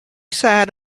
side